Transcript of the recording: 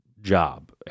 job